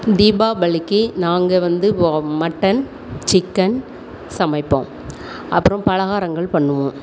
தீபாவளிக்கு நாங்கள் வந்து வ மட்டன் சிக்கன் சமைப்போம் அப்புறம் பலகாரங்கள் பண்ணுவோம்